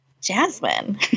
Jasmine